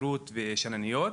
מזכירות ושינניות.